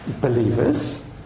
believers